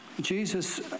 Jesus